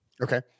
Okay